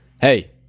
Hey